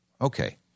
Okay